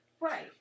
Right